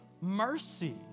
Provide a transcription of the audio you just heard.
mercy